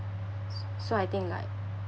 so I think like